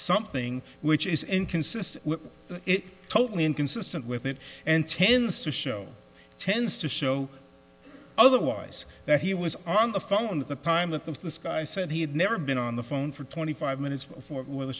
something which is inconsistent totally inconsistent with it and tends to show tends to show otherwise that he was on the phone at the time of the sky said he had never been on the phone for twenty five minutes before the